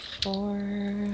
Four